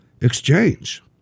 exchange